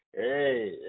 hey